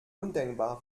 undenkbar